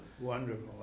Wonderful